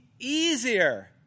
easier